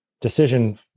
decision